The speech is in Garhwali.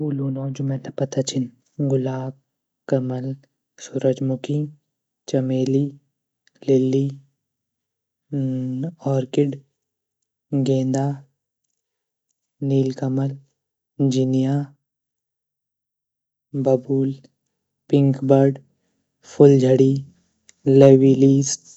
फूलूँ नौ जू मेता पता छीन गुलाब, कमल, सूरजमुखी, चमेली, लिली, आर्किड, गेंदा, नीलकमल, जिनिया, बबूल, पिंकबर्ड, फुलझड़ी, लवलीज़।